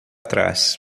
trás